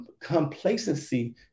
complacency